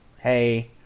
Hey